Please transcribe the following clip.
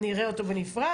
נראה אותו בנפרד.